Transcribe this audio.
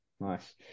Nice